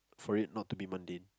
for it not be mundane